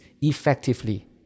effectively